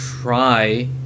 try